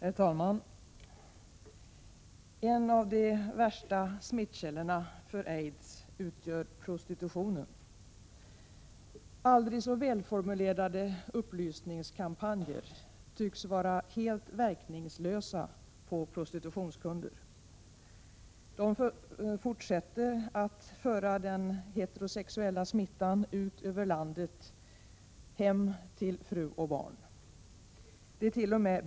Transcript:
Herr talman! En av de värsta smittkällorna för aids utgör prostitutionen. Aldrig så välformulerade upplysningskampanjer tycks vara helt verkningslösa på prostitutionskunder. De fortsätter att föra den heterosexuella smittan ut över landet hem till fru och barn.